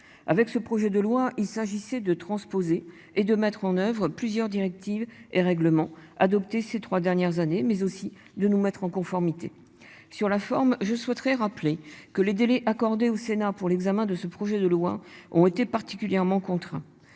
Avec ce projet de loi, il s'agissait de transposer et de mettre en oeuvre plusieurs directives et règlements adoptés ces 3 dernières années, mais aussi de nous mettre en conformité. Sur la forme je souhaiterais rappeler que les délais accordés au Sénat pour l'examen de ce projet de loi ont été particulièrement contre